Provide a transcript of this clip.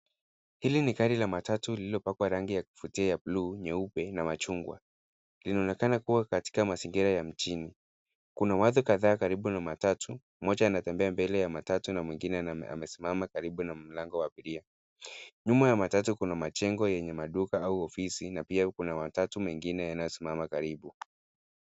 Hili ni gari la matatu lililopakwa rangi ya kuvutia ya buluu, nyeupe na machungwa. Linaonekana kuwa katika mazingira ya mjini. Kuna watu kadhaa karibu na matatu, mmoja anatembea mbele ya matatu na mwingine anasimama karibu na mlango wa abiria. Nyuma ya matatu kuna majengo yenye maduka au ofisi na pia kuna matatu mengine yanayosimama karibu.